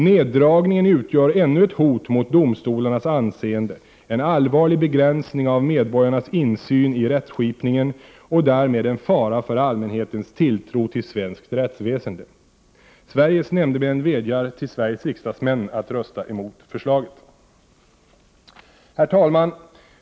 Neddragningen utgör ännu ett hot mot domstolarnas anseende, en allvarlig begränsning av medborgarnas insyn i rättskipningen och därmed en fara för allmänhetens tilltro till svenskt rättsväsende. Sveriges nämndemän vädjar till Sveriges riksdagsmän att rösta emot förslaget.” Herr talman!